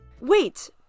Wait